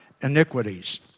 iniquities